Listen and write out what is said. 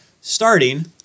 starting